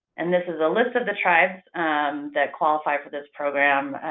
and this is a list of the tribes that qualify for this program.